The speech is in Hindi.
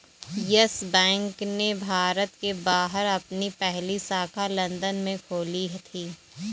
यस बैंक ने भारत के बाहर अपनी पहली शाखा लंदन में खोली थी